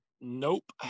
Nope